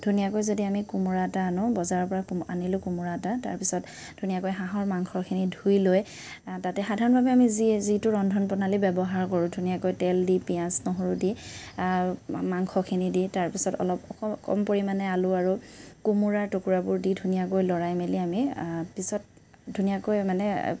ধুনীয়াকৈ যদি আমি কোমোৰা এটা আনো বজাৰৰপৰা কোমো আনিলো কোমোৰা এটা তাৰপিছত ধুনীয়াকৈ হাঁহৰ মাংসখিনি ধুই লৈ তাতে সাধাৰণভাৱে আমি যি যিটো ৰন্ধন প্ৰণালী ব্যৱহাৰ কৰোঁ ধুনীয়াকৈ তেল দি পিঁয়াজ নহৰু দি মাংসখিনি দি তাৰপিছত অলপ অকৌ কম পৰিমাণে আলু আৰু কোমোৰাৰ টুকুৰাবোৰ দি ধুনীয়াকৈ লৰাই মেলি আমি পিছত ধুনীয়াকৈ মানে